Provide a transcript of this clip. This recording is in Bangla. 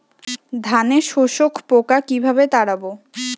ধানে শোষক পোকা কিভাবে তাড়াব?